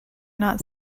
not